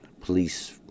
police